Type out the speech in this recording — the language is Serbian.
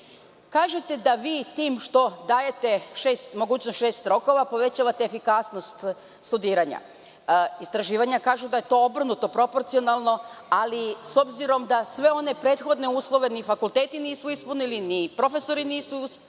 to. Kažete da vi tim što dajete mogućnost šest rokova, povećavate efikasnost studiranja. Istraživanja kažu da je to obrnuto proporcionalno, ali s obzirom da sve one prethodne uslove ni fakulteti nisu ispunili, ni profesori nisu ispunili,